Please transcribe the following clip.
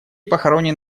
похоронен